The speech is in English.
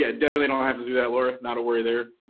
yeah definitely don't have to do that lara, not a worry there,